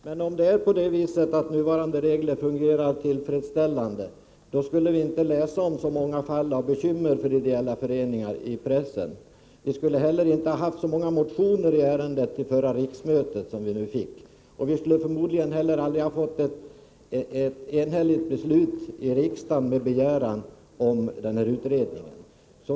Herr talman! Bruno Poromaa sade att de nuvarande skattereglerna fungerar tillfredsställande. Om de nuvarande reglerna fungerar tillfredsställande, då skulle vi inte i pressen behöva läsa om så många fall av bekymmer för ideella föreningar. Vi skulle inte heller ha haft så många motioner att behandla i ärendet under förra riksmötet. Vi skulle förmodligen inte heller kunnat fatta ett enhälligt beslut här i riksdagen med begäran om en utredning.